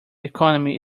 economy